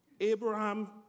Abraham